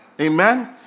Amen